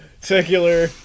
secular